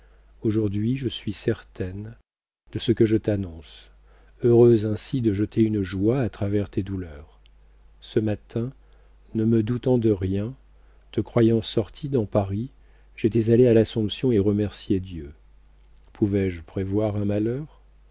aujourd'hui je suis certaine de ce que je t'annonce heureuse ainsi de jeter une joie à travers tes douleurs ce matin ne me doutant de rien te croyant sorti dans paris j'étais allée à l'assomption y remercier dieu pouvais-je prévoir un malheur